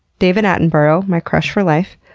david attenborough my crush for life.